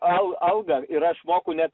al algą ir aš moku ne